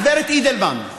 הגב' אידלמן.